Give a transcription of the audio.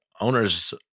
owners